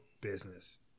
business